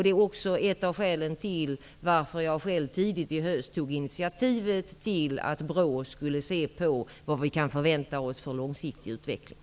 Det är också ett av skälen till att jag själv tidigt i höst tog initiativ till att BRÅ skulle se på vad vi kan förvänta oss för långsiktig utveckling.